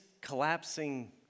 collapsing